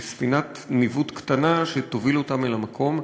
ספינת ניווט קטנה שתוביל אותם אל המקום.